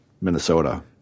Minnesota